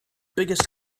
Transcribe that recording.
biggest